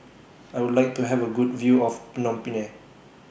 I Would like to Have A Good View of Phnom Penh